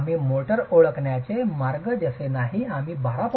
आम्ही मोर्टार ओळखण्याचे मार्ग जसे आम्ही 12